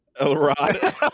Elrod